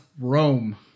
Rome